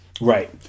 Right